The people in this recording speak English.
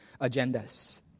agendas